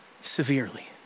severely